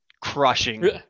crushing